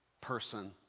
person